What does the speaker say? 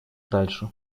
дальше